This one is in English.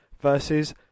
versus